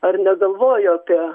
ar negalvojo apie